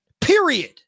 Period